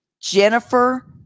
Jennifer